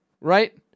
right